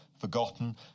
forgotten